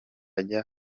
ajya